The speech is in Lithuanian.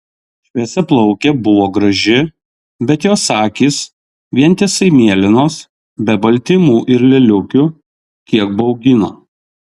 šviesiaplaukė buvo graži bet jos akys vientisai mėlynos be baltymų ir lėliukių kiek baugino